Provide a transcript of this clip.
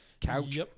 Couch